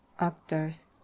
actors